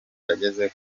yageze